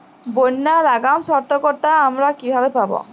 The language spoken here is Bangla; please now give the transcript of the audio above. বন্যার আগাম সতর্কতা আমরা কিভাবে পাবো?